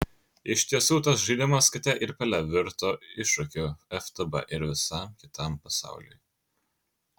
iš tiesų tas žaidimas kate ir pele virto iššūkiu ftb ir visam kitam pasauliui